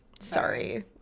Sorry